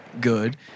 good